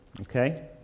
okay